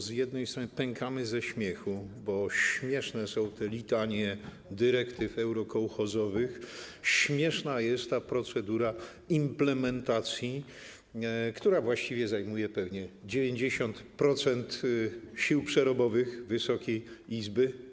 Z jednej strony pękamy ze śmiechu, bo śmieszne są te litanie dyrektyw eurokouchozowych, śmieszna jest ta procedura implementacji, która właściwie zajmuje pewnie 90% sił przerobowych Wysokiej Izby.